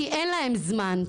כי אין להם זמן.